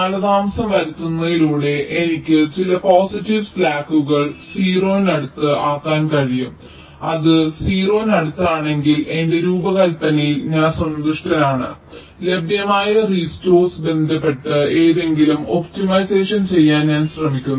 കാലതാമസം വരുത്തുന്നതിലൂടെ എനിക്ക് ചില പോസിറ്റീവ് സ്ലാക്കുകൾ 0 നടുത്ത് ആക്കാൻ കഴിയും അത് 0 ന് അടുത്താണെങ്കിൽ എന്റെ രൂപകൽപ്പനയിൽ ഞാൻ സന്തുഷ്ടനാണ് ലഭ്യമായ റിസോഴ്സ്സ്സ് ബന്ധപ്പെട്ട് എന്തെങ്കിലും ഒപ്റ്റിമൈസേഷൻ ചെയ്യാൻ ഞാൻ ശ്രമിക്കുന്നു